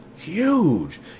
huge